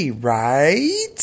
right